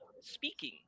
speaking